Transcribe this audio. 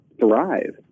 thrive